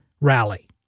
rally